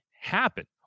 happen